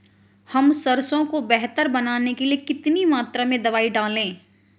हम सरसों को बेहतर बनाने के लिए कितनी मात्रा में दवाई डालें?